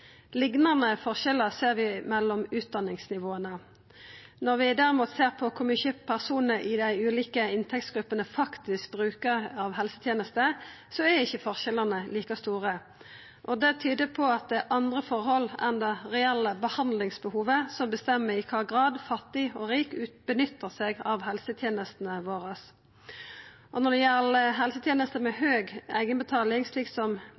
Liknande forskjellar ser vi mellom utdanningsnivåa. Når vi derimot ser på kor mykje personar i dei ulike inntektsgruppene faktisk bruker av helsetenester, er ikkje forskjellane like store. Det tyder på at det er andre forhold enn det reelle behandlingsbehovet som bestemmer i kva grad fattig og rik nyttar seg av helsetenestene våre. Når det gjeld helsetenester med høg eigenbetaling, slik som